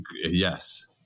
Yes